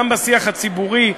גם בשיח הציבורי,